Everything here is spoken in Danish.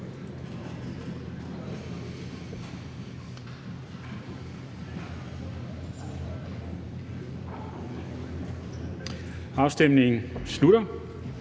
Afstemningen slutter.